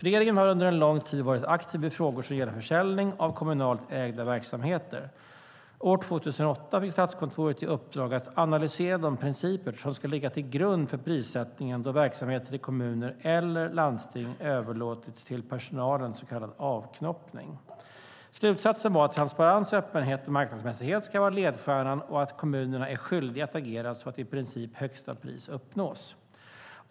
Regeringen har under en lång tid varit aktiv i frågor som gäller försäljning av kommunalt ägda verksamheter. År 2008 fick Statskontoret i uppdrag att analysera de principer som ska ligga till grund för prissättningen då verksamheter i kommuner eller landsting överlåts till personalen, så kallad avknoppning. Slutsatsen var att transparens, öppenhet och marknadsmässighet ska vara ledstjärnan och att kommunerna är skyldiga att agera så att i princip högsta pris uppnås.